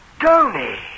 Tony